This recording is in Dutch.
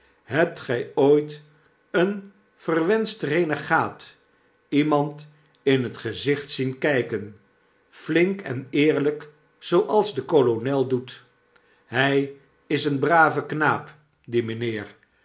hebt gy ooit een verwenscht renegaat iemand in t gezicht zien kyken flink en eerlyk zooals de kolonel doet hij is een brave knaap die mynheer